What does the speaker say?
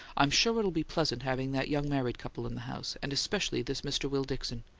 i'm sure it'll be pleasant having that young married couple in the house and especially this mr. will dickson.